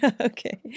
Okay